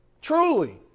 truly